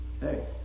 Hey